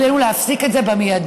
עלינו להפסיק את זה מיידית.